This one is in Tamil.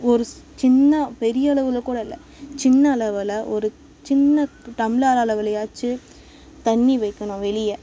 ஒரு சின்ன பெரிய அளவில் கூட இல்லை சின்ன அளவில் ஒரு சின்ன டம்ளர் அளவுலையாச்சும் தண்ணி வைக்கணும் வெளியே